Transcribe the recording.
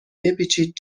بپیچید